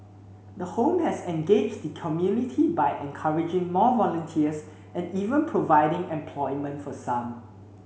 the home has engaged the community by encouraging more volunteers and even providing employment for some